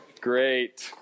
Great